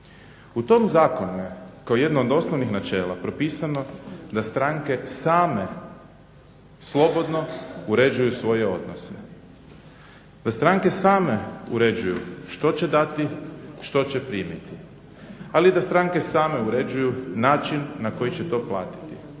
U tom zakonu je kao jedno od osnovnih načela propisano da stranke same slobodno uređuju svoje odnose. Da stranke same uređuju što će dati, što će primiti, ali i da stranke same uređuju način na koji će to platiti.